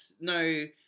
no